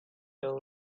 told